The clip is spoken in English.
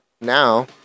now